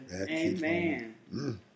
Amen